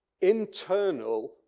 internal